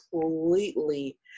completely